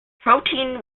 protein